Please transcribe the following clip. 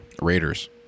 Raiders